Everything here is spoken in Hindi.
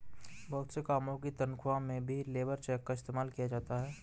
बहुत से कामों की तन्ख्वाह में भी लेबर चेक का इस्तेमाल किया जाता है